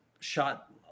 shot